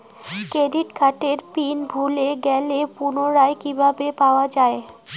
Debit কার্ডের pin ভুলে গেলে পুনরায় কিভাবে পাওয়া য়ায়?